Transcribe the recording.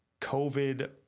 COVID